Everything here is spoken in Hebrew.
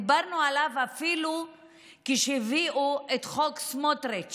אפילו דיברנו עליו כשהביאו את חוק סמוטריץ'